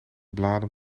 bladen